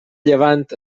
llevant